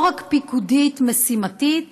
לא רק פיקודית משימתית,